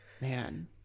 man